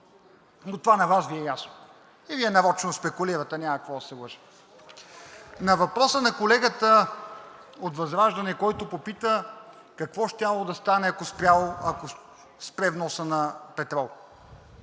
но това на Вас Ви е ясно и Вие нарочно спекулирате – няма какво да се лъжем. На въпроса на колегата от ВЪЗРАЖДАНЕ, който попита какво щяло да стане, ако спре вносът на петрол.